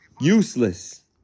useless